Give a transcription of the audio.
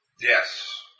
Yes